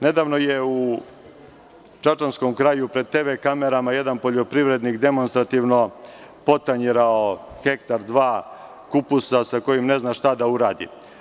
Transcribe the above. Nedavno je u čačanskom kraju pred TV kamerama jedan poljoprivrednik demonstrativno potanjirao hektar, dva, kupusa, sa kojim ne zna šta da uradi.